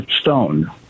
stone